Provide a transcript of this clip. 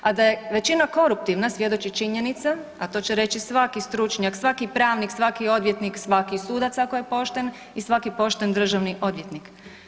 A da je većina koruptivna svjedoči činjenica, a to će reći svaki stručnjak, svaki pravnik, svaki odvjetnik, svaki sudac ako je pošten i svaki pošten državni odvjetnik.